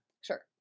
sure